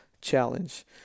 challenge